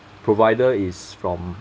provider is from